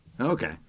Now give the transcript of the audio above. okay